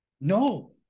No